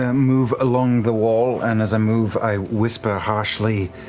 ah move along the wall, and as i move i whisper harshly